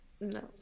No